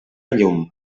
llum